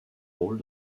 rôle